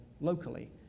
locally